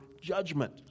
judgment